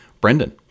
brendan